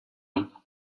long